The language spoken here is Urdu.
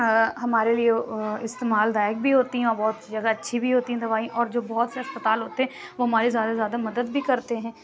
ہمارے لیے استعمال دایک بھی ہوتی ہیں اور بہت جگہ اچھی بھی ہوتی ہیں دوائی اور جو بہت سے اسپتال ہوتے ہیں وہ ہمارے زیادہ سے زیادہ مدد بھی کرتے ہیں